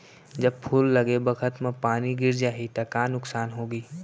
जब फूल लगे बखत म पानी गिर जाही त का नुकसान होगी?